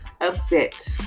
upset